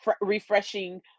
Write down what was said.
refreshing